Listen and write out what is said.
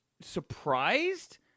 surprised